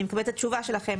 אני מקבלת את התשובה שלכם,